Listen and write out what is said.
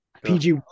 PG